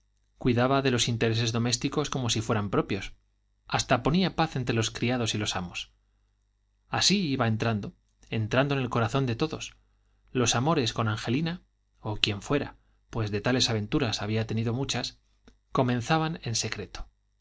cuidaba de los intereses domésticos como si fueran propios hasta ponía paz entre los criados y los amos así iba entrando entrando en el corazón de todos los amores con angelina o